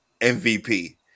MVP